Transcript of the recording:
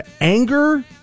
anger